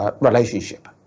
relationship